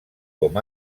com